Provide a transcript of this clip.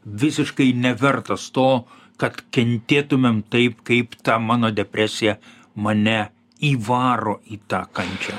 visiškai nevertas to kad kentėtumėm taip kaip ta mano depresija mane įvaro į tą kančią